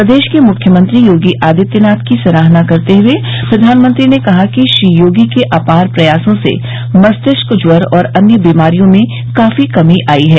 प्रदेश के मुख्यमंत्री योगी आदित्यनाथ की सराहना करते हुए प्रधानमंत्री ने कहा कि श्री योगी के अपार प्रयासों से मस्तिष्क ज्वर और अन्य बीमारियों में काफी कमी आई है